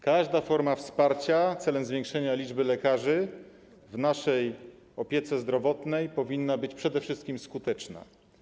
Każda forma wsparcia w celu zwiększenia liczby lekarzy w naszej opiece zdrowotnej powinna być przede wszystkim skuteczna.